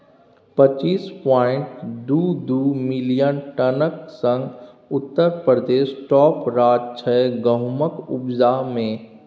पच्चीस पांइट दु दु मिलियन टनक संग उत्तर प्रदेश टाँप राज्य छै गहुमक उपजा मे